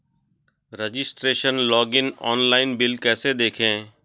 Registration login online bill कैसे देखें?